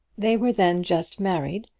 they were then just married,